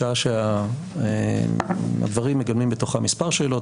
שעה שהדברים מגלמים בתוכם מספר שאלות,